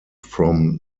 from